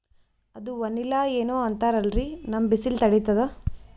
ಅದು ವನಿಲಾ ಏನೋ ಅಂತಾರಲ್ರೀ, ನಮ್ ಬಿಸಿಲ ತಡೀತದಾ?